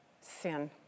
sin